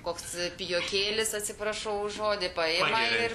koks pijokėlis atsiprašau už žodį paima ir